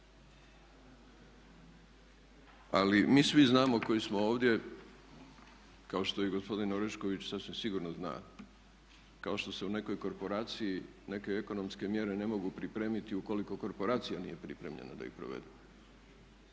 Ali mi svi znamo koji smo ovdje, kao što i gospodin Orešković sasvim sigurno zna, kao što se u nekoj korporaciji neke ekonomske mjere ne mogu pripremiti ukoliko korporacija nije pripremljena da ih provede,